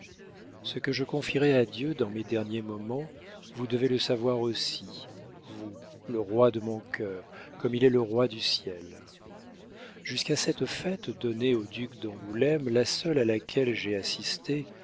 ce que je confierai à dieu dans mes derniers moments vous devez le savoir aussi vous le roi de mon cœur comme il est le roi du ciel jusqu'à cette fête donnée au duc d'angoulême la seule à laquelle j'aie assisté